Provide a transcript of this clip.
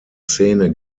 szene